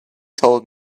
told